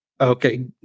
Okay